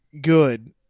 good